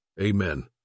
Amen